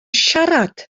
siarad